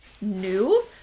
new